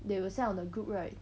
they will say on the group right